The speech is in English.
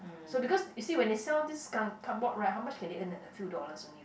so because you see when they sell this cardboard how much can they earn a few dollars only right